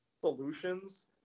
solutions